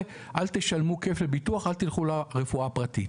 שאומר חבר'ה אל תשלמו כפל ביטוח ואל תלכו לרפואה הפרטית.